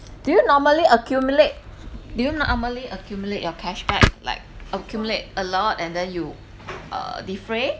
do you normally accumulate do you normally accumulate your cashback like accumulate a lot and then you uh defray